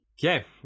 Okay